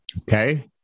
okay